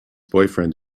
boyfriend